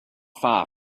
far